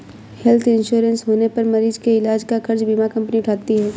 health insurance होने पर मरीज के इलाज का खर्च बीमा कंपनी उठाती है